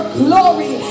glory